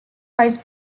vice